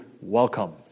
welcome